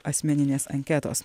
asmeninės anketos